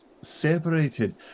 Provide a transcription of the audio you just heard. separated